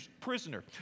prisoner